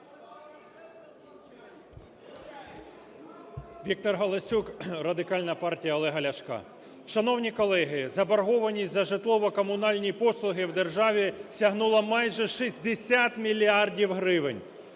ВікторГаласюк, Радикальна партія Олега Ляшка. Шановні колеги, заборгованість за житлово-комунальні послуги в державі сягнула майже 60 мільярдів гривень.